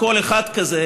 כל אחד כזה,